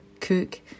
cook